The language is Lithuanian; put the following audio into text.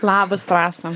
labas rasa